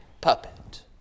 puppet